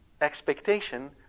expectation